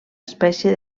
espècie